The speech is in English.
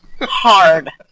Hard